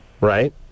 Right